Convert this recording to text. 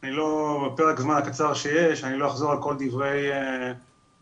בפרק הזמן הקצר שיש לא אחזור על כל דברי קודמיי.